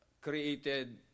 created